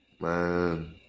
Man